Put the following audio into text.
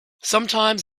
sometimes